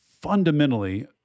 fundamentally